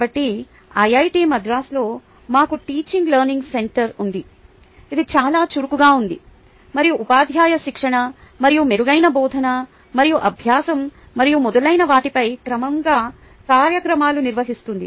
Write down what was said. కాబట్టి ఐఐటి మద్రాసులో మాకు టీచింగ్ లెర్నింగ్ సెంటర్ ఉంది ఇది చాలా చురుకుగా ఉంది మరియు ఉపాధ్యాయ శిక్షణ మరియు మెరుగైన బోధన మరియు అభ్యాసం మరియు మొదలైన వాటిపై క్రమంగా కార్యక్రమాలు నిర్వహిస్తుంది